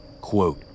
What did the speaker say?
quote